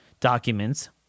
documents